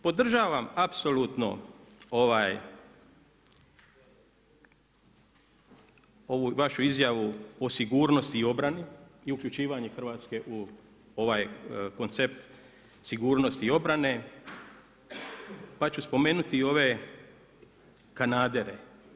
Podržavam apsolutno ovu vašu izjavu o sigurnosti i obrani i uključivanje Hrvatske u ovaj koncept sigurnosti i obrane, pa ću spomenuti i ove kanadere.